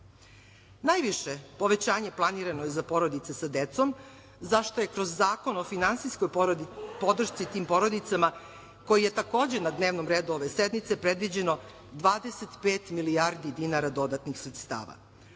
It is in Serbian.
Najviše povećanje planirano za porodice sa decom za šta je kroz Zakon o finansijskoj podršci tim porodicama koji je takođe na dnevnom redu ove sednice predviđeno 25 milijardi dinara dodatnih sredstava.